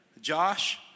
Josh